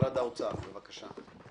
משרד האוצר, בבקשה.